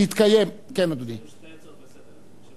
ובכן, העניין יעלה לסדר-היום.